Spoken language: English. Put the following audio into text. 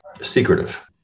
secretive